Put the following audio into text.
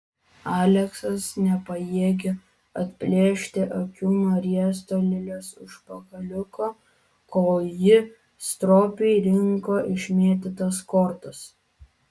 aleksas nepajėgė atplėšti akių nuo riesto lilės užpakaliuko kol ji stropiai rinko išmėtytas kortas